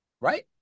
Right